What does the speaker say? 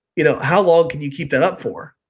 you know how long can you keep that up for?